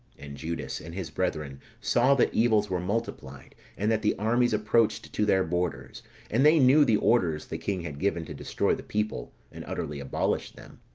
and judas, and his brethren, saw that evils were multiplied, and that the armies approached to their borders and they knew the orders the king had given to destroy the people, and utterly abolish them.